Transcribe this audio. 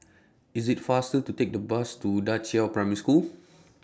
IT IS faster to Take The Bus to DA Qiao Primary School